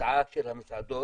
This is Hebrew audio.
גם לצמצם,